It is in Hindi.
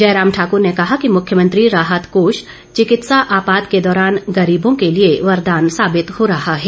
जयराम ठाकुर ने कहा कि मुख्यमंत्री राहत कोष चिकित्सा आपात के दौरान गरीबों के लिए वरदान साबित हो रहा है